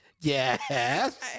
Yes